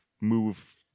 move